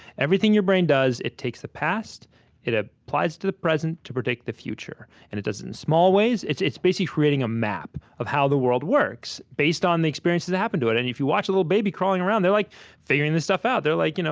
everything your brain does, it takes the past it ah applies it to the present to predict the future. and it does it in small ways it's it's basically creating a map of how the world works, based on the experiences that happen to it. and if you watch a little baby crawling around, they're like figuring this stuff out. they're like, you know